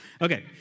Okay